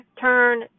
turn